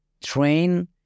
train